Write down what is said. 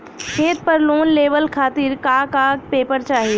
खेत पर लोन लेवल खातिर का का पेपर चाही?